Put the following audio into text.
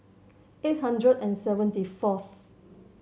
eight hundred and seventy fourth